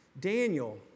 Daniel